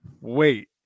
Wait